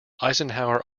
eisenhower